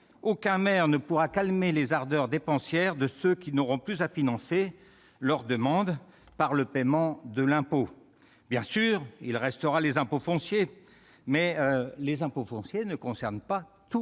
aucun maire ne pourra calmer les ardeurs dépensières de ceux qui n'auront plus à financer la satisfaction de leurs demandes par le paiement de l'impôt. Bien sûr, il restera les impôts fonciers, mais ceux-ci ne concernent pas tout